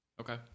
okay